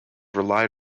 relied